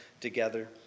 together